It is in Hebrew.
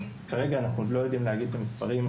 כרגע אנחנו עוד לא יודעים להגיד את המספרים.